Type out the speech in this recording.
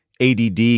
ADD